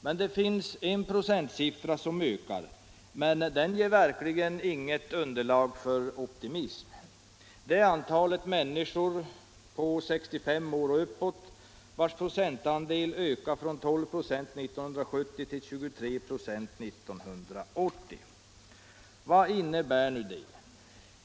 Det finns emellertid en procentsiffra som ökar — men den ger verkligen inget underlag för optimism. Det är antalet människor på 65 år och uppåt, vilkas procentandel ökar från 12 96 1970 till 23 926 1980. Vad innebär nu det?